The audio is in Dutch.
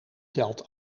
telt